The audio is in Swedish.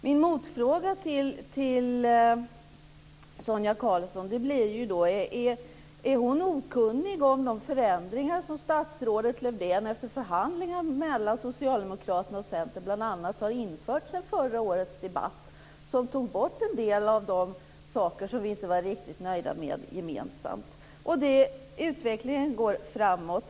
Min motfråga till Sonia Karlsson är om hon är okunnig om de förändringar som statsrådet Lövdén efter förhandlingar mellan Socialdemokraterna och Centern bl.a. har infört sedan förra årets debatt som tog bort en del av de saker som vi gemensamt inte var riktigt nöjda med. Utvecklingen går framåt.